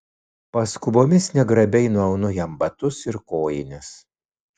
paskubomis negrabiai nuaunu jam batus ir kojines